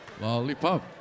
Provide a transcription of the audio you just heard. Lollipop